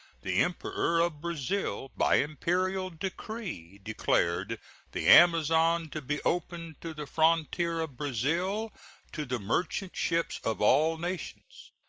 the emperor of brazil by imperial decree declared the amazon to be open to the frontier of brazil to the merchant ships of all nations.